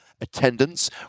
Attendance